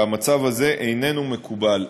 והמצב הזה איננו מקובל,